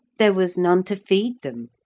there was none to feed them,